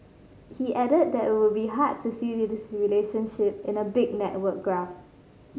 he added that it would be hard to see this relationship in a big network graph